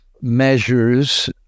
measures